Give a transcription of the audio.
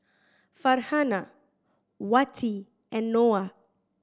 Farhanah Wati and Noah